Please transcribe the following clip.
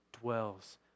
dwells